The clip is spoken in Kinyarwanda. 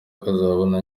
bakazabona